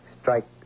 Strike